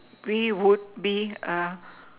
we would be